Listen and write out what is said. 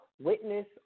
Witness